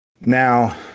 now